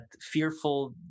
fearful